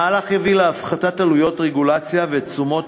המהלך יביא להפחתת עלויות רגולציה ותשומות